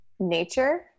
nature